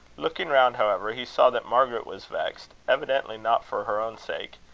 looking round, however, he saw that margaret was vexed, evidently not for her own sake.